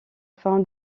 fin